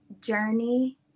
journey